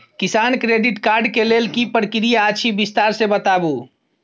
किसान credit card के लेल की प्रक्रिया अछि विस्तार से बताबू?